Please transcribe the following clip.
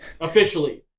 officially